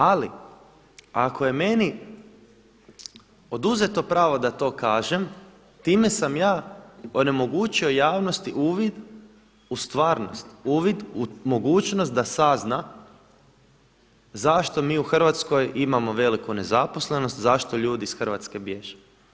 Ali ako je meni oduzeto pravo da to kažem time sam ja onemogućio javnosti uvid u stvarnost, uvid u mogućnost da sazna zašto mi u Hrvatskoj imamo veliku nezaposlenost, zašto ljudi iz Hrvatske bježe.